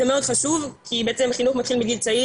זה מאוד חשוב כי בעצם חינוך מתחיל מגיל צעיר